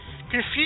Confused